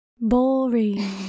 Boring